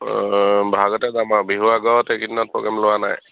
ব'হাগতে যাম আৰু বিহু আগত এইকেইদিনত প্ৰগ্ৰেম লোৱা নাই